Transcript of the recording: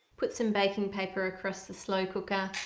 put some baking paper across the slow cooker,